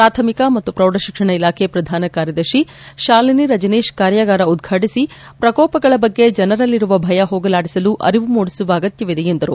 ಪ್ರಾಥಮಿಕ ಮತ್ತು ಪೌಢ ಶಿಕ್ಷಣ ಇಲಾಖೆ ಪ್ರಧಾನ ಕಾರ್ಯದರ್ತಿ ಶಾಲಿನಿ ರಜನೀಶ್ ಕಾರ್ನಾಗಾರ ಉದ್ವಾಟಿಸಿ ಪ್ರಕೋಪಗಳ ಬಗ್ಗೆ ಜನರಲ್ಲಿರುವ ಭಯ ಹೋಗಲಾಡಿಸಲು ಅರಿವು ಮೂಡಿಸುವ ಅಗತ್ತವಿದೆ ಎಂದರು